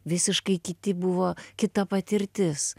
visiškai kiti buvo kita patirtis